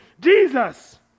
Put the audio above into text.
Jesus